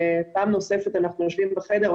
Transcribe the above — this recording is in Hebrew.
פעם נוספת אנחנו יושבים בחדר,